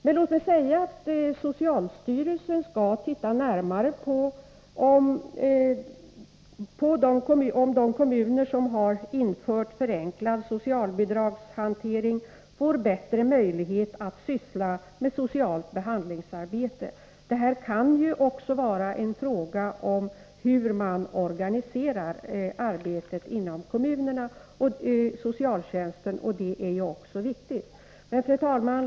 Men låt mig säga att socialstyrelsen skall titta närmare på om de kommuner som har infört förenklad socialbidragshantering får bättre möjlighet att syssla med socialt behandlingsarbete. Det här kan också vara en fråga om hur man organiserar arbetet inom kommunerna och inom socialtjänsten, och det är också viktigt. Fru talman!